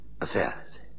affairs